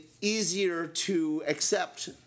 easier-to-accept